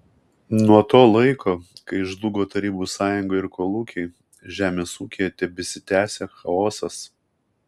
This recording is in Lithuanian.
nuo to laiko kai žlugo tarybų sąjunga ir kolūkiai žemės ūkyje tebesitęsia chaosas